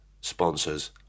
Sponsors